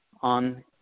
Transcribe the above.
on